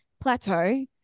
plateau